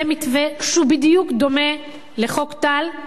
זה מתווה שבדיוק דומה לחוק טל,